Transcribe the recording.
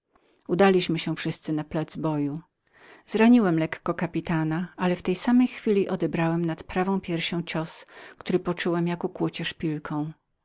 udaliśmy się wszyscy na plac boju zraniłem lekko kapitana ale w tej samej chwili odebrałem nad prawą piersią cios który uczułem jak zakłucie szpilką